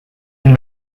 and